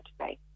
today